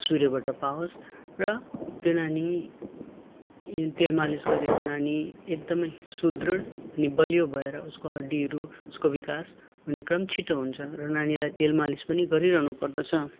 सूर्यबाट पावोस् र त्यो नानी तेल मालिस गरेको नानी एकदमै सुदृढ अनि बलियो भएर उसको हड्डीहरू उसको विकास हुने क्रम छिटो हुन्छ र नानीलाई तेल मालिस पनि गरिरहनु पर्दछ